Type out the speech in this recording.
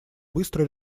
быстрой